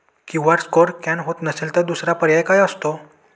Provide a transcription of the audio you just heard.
QR code scan होत नसेल तर दुसरा पर्याय काय असतो?